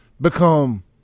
become